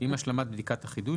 "עם השלמת בדיקת החידוש,